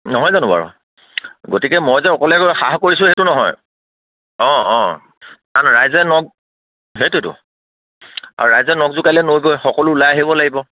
নহয় জানো বাৰু গতিকে মই যে অকলে গৈ সাহ কৰিছোঁ সেইটো নহয় অঁ অঁ কাৰণ ৰাইজে নখ সেইটোতো আৰু ৰাইজে নখ জোকাৰিলে নৈ বয় সকলো ওলাই আহিব লাগিব